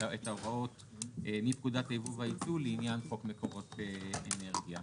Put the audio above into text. ההוראות מפקודת היבוא והיצוא לעניין חוק מקורות אנרגיה.